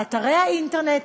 באתרי האינטרנט,